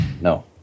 No